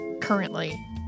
currently